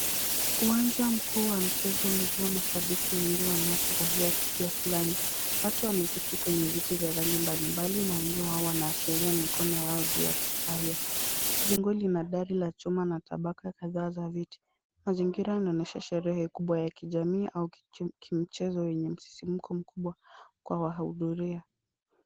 Uwanja mkuu wa michezo umejaa mashabiki wengi wanaofurahia tukio fulani. Watu wameketi kwenye viti vya rangi mbali mbali na wengi wao wanaashiria mikono yao juu ya kufurahia. Jengo lina dari la chuma na tabaka kadha za viti . Mazingira yanaonyesha sherehe kubwa ya kijamii au kimchezo lenye msisimuko mkubwa kwa wahudhuria.